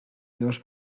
déus